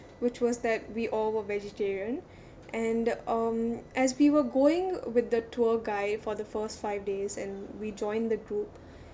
which was that we all were vegetarian and um as we were going with the tour guide for the first five days and we joined the group